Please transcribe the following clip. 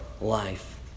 life